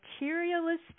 materialistic